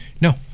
No